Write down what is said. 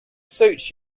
suit